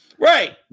Right